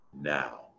now